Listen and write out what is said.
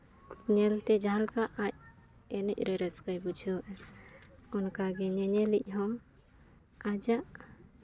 ᱧᱮᱞᱛᱮ ᱡᱟᱦᱟᱸ ᱞᱮᱠᱟ ᱟᱡ ᱮᱱᱮᱡ ᱨᱮ ᱨᱟᱹᱥᱠᱟᱹᱭ ᱵᱩᱡᱷᱟᱹᱣᱟ ᱚᱱᱠᱟᱜᱮ ᱧᱮᱧᱮᱞᱤᱡ ᱦᱚᱸ ᱟᱭᱟᱜ